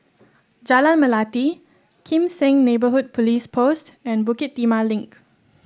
Jalan Melati Kim Seng Neighbourhood Police Post and Bukit Timah Link